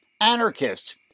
anarchists